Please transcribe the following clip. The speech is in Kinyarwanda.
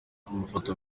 amafoto